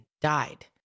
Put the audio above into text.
died